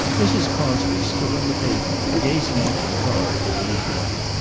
mrs. crosby stood on the pavement, gazing after the car as it moved off.